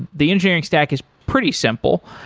the engineering stack is pretty simple,